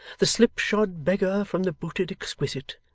the slipshod beggar from the booted exquisite,